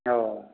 औ